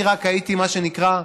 אני רק הייתי, מה שנקרא,